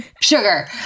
Sugar